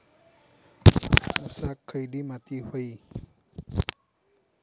ऊसाक खयली माती व्हयी?